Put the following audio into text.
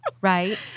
Right